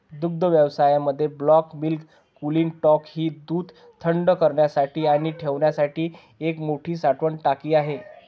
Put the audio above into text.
दुग्धव्यवसायामध्ये bulk milk cooling tank ही दूध थंड करण्यासाठी आणि ठेवण्यासाठी एक मोठी साठवण टाकी आहे